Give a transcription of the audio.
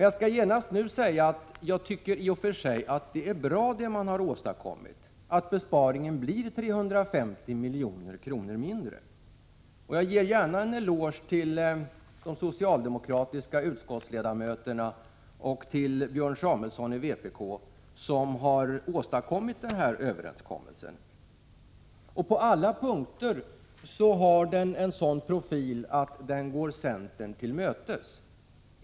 Jag skall nu genast säga att jag i och för sig tycker att det man har åstadkommit, att besparingen blir 350 milj.kr. mindre, är bra. Jag ger gärna en eloge till de socialdemokratiska utskottsledamöterna och till Björn Samuelson i vpk, som har åstadkommit denna överenskommelse. På alla punkter har den en sådan profil att den går centern till mötes.